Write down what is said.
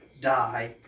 die